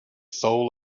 soul